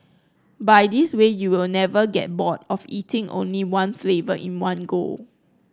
by this way you'll never get bored of eating only one flavour in one go